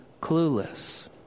clueless